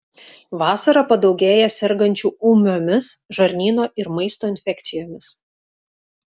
vasarą padaugėja sergančių ūmiomis žarnyno ir maisto infekcijomis